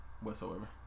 whatsoever